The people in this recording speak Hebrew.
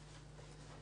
קצר: